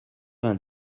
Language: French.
vingt